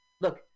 Look